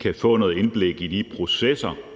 kan få noget indblik i de processer,